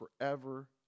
forever